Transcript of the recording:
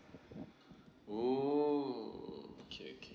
oh okay okay